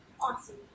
Awesome